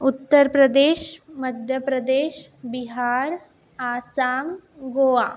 Uttar Pradesh Madhya Pradesh Bihar Assam Goa